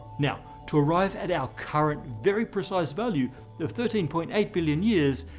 now to arrive at our current, very precise value of thirteen point eight billion years,